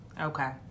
Okay